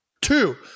two